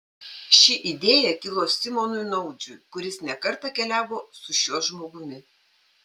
ši idėja kilo simonui naudžiui kuris ne kartą keliavo su šiuo žmogumi